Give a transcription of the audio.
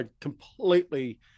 completely